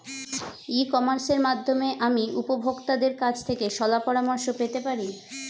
ই কমার্সের মাধ্যমে আমি উপভোগতাদের কাছ থেকে শলাপরামর্শ পেতে পারি?